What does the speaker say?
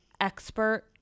expert